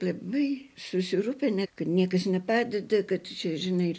labai susirūpinę kad niekas nepadeda kad čia žinai